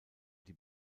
die